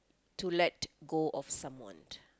to let go of someone